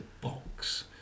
box